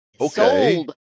okay